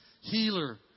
healer